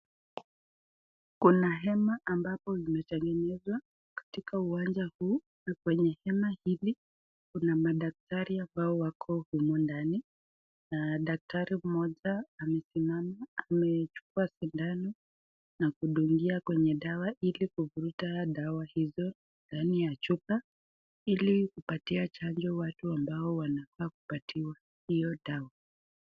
Kuna hema ambapo imetengenezwa katika uwanja huu. Na kwenye hema hizi kuna madaktari ambao wako humo ndani. Na daktari moja amesimama amechukua sindano na kudungia kwenye dawa ili kuvuruta dawa hizo ndani ya chupa ili kupatia chanjo watu ambao wanafaa kupatiwa hiyo dawa.